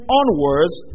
onwards